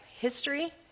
history